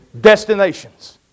destinations